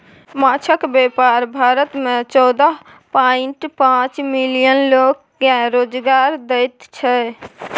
माछक बेपार भारत मे चौदह पांइट पाँच मिलियन लोक केँ रोजगार दैत छै